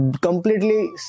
completely